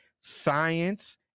science